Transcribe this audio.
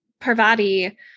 Parvati